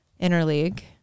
interleague